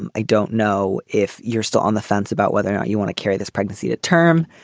and i don't know if you're still on the fence about whether or not you want to carry this pregnancy to term.